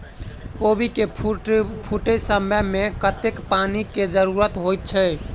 कोबी केँ फूटे समय मे कतेक पानि केँ जरूरत होइ छै?